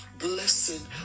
blessing